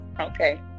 Okay